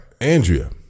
Andrea